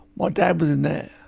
my dad was in there.